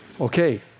Okay